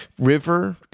river